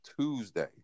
Tuesday